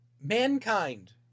mankind